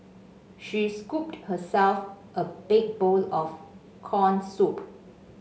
she scooped herself a big bowl of corn soup